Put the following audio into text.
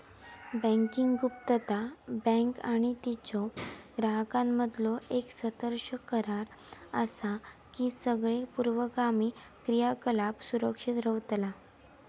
banking गुप्तता, bank आणि तिच्यो ग्राहकांमधीलो येक सशर्त करार असा की सगळे पूर्वगामी क्रियाकलाप सुरक्षित रव्हतला